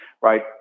right